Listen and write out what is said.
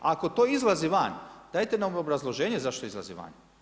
Ako to izlazi van dajte nam obrazloženje zašto izlazi van.